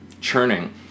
churning